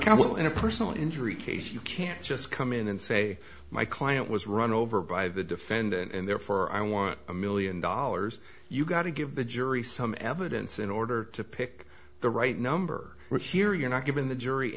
ll in a personal injury case you can't just come in and say my client was run over by the defendant and therefore i want a million dollars you got to give the jury some evidence in order to pick the right number here you're not given the jury